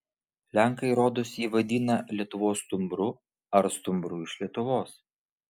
lenkai rodos jį vadina lietuvos stumbru ar stumbru iš lietuvos